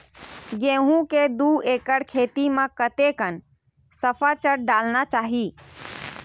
गेहूं के दू एकड़ खेती म कतेकन सफाचट डालना चाहि?